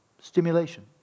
stimulation